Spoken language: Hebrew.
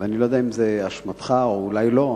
ואני לא יודע אם זאת אשמתך או אולי לא,